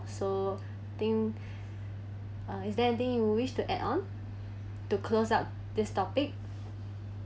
so think uh is there anything you wish to add on to close up this topic